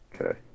Okay